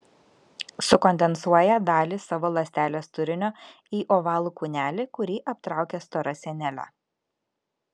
sukondensuoja dalį savo ląstelės turinio į ovalų kūnelį kurį aptraukia stora sienele